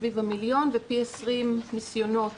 סביב ה-1 מיליון ופי 20 ניסיונות התאבדות,